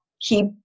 keep